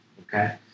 okay